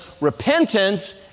Repentance